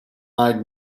eyed